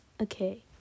Okay